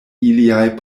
iliaj